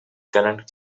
current